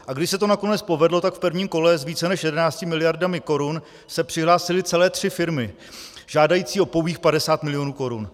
A když se to nakonec povedlo, tak v prvním kole s více než 11 miliardami korun se přihlásily celé tři firmy žádající o pouhých 50 milionů korun.